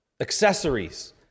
accessories